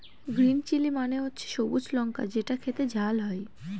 green chilli মানে হচ্ছে সবুজ লঙ্কা যেটা খেতে ঝাল হয়